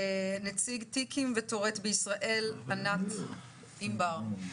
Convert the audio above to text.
נציג טיקים וטוראט בישראל, ענת אימבר.